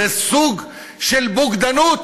זה סוג של בוגדנות,